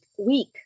week